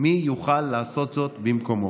מי יוכל לעשות זאת במקומו?